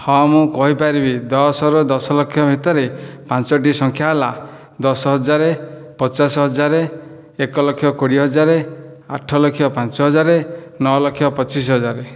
ହଁ ମୁଁ କହିପାରିବି ଦଶରୁ ଦଶଲକ୍ଷ ଭିତରେ ପାଞ୍ଚୋଟି ସଂଖ୍ୟା ହେଲା ଦଶହଜାରେ ପଚାଶହଜାରେ ଏକଲକ୍ଷ କୋଡ଼ିଏ ହଜାର ଆଠଲକ୍ଷ ପାଞ୍ଚହଜାର ନଅଲକ୍ଷ ପଚିଶହଜାର